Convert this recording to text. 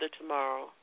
tomorrow